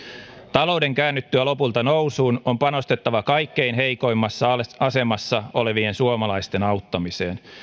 talouden käännyttyä lopulta nousuun on panostettava kaikkein heikoimmassa asemassa olevien suomalaisten auttamiseen